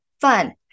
fun